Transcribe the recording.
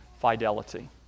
fidelity